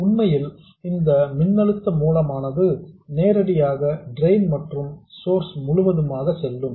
உண்மையில் இந்த மின்னழுத்த மூலமானது நேரடியாக டிரெயின் மற்றும் சோர்ஸ் முழுவதுமாக செல்லும்